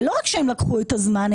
ולא רק שהם לקחו את הזמן,